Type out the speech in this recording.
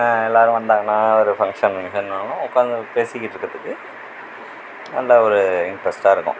எல்லாேரும் வந்தாங்கனால் ஒரு ஃபங்ஷன் கிங்ஷனெலாம் உக்காந்து பேசிகிட்ருக்கிறதுக்கு நல்ல ஒரு இன்ட்ரஸ்ட்டாக இருக்கும்